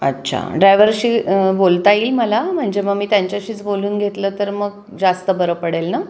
अच्छा ड्रायव्हरशी बोलता येईल मला म्हणजे मग मी त्यांच्याशीच बोलून घेतलं तर मग जास्त बरं पडेल ना